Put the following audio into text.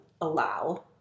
allow